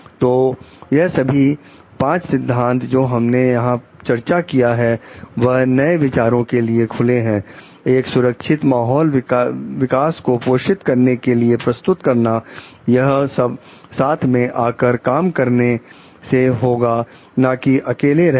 तो यह सभी पांच सिद्धांत जो हमने चर्चा किया है वह नए विचारों के लिए खुले हैं एक सुरक्षित माहौल विकास को पोषित करने के लिए प्रस्तुत करना यह सब साथ में आकर काम करने से होगा ना कि अकेले रहकर